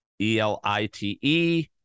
E-L-I-T-E